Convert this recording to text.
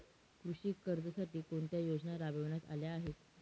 कृषी कर्जासाठी कोणत्या योजना राबविण्यात आल्या आहेत?